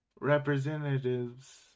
representatives